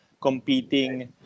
competing